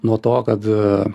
nuo to kad